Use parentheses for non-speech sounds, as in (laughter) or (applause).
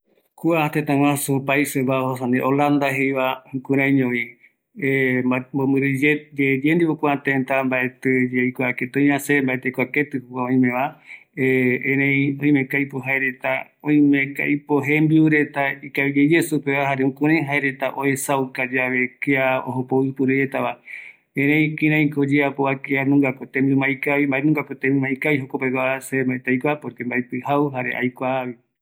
﻿Kua teta guasu, Paises bajos, jare Holanda jeiva jukureiñovi (hesitation) mboviyeye ndipo yaikua kua teta yaikua keti oiva, se mbaeti aikua keti oimeva (hesitation) erei oime ko aipo jaereta, oimeko aipo jembiureta ikaviyeye supe va jare jukurei jaereta uesauka yave kia ojo pa oporetava, erei kireiko oyeapova kianunga ko tembiu ma ikaviva, mbaenungapa tembiu ma ikavi jokopegua se mbaeti aikua poque mbaeti jau jare mbaeti aikuaavi